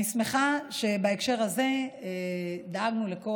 אני שמחה שבהקשר הזה דאגנו לזה.